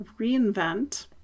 reinvent